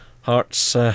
Hearts